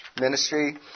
ministry